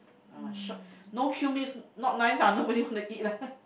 uh short no queue means not nice ah nobody wants to eat ah